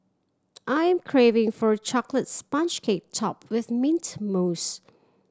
I'm craving for a chocolate sponge cake topped with mint mousse